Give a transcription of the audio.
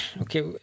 Okay